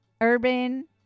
urban